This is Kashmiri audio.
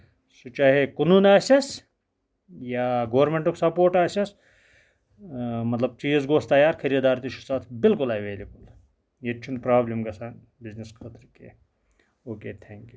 سُہ چاہے کٔنُن آسیس یا گورمینٹُک سَپوٹ آسیس مطلب چیٖز گوٚوُس تَیار خٔریٖدار تہِ چھُس اتھ بِلکُل ایویلیبٔل ییٚتہِ چھُنہٕ پروبلِم گژھان بِزنِس خٲطرٕ کیٚںٛہہ او کے تھینک یوٗ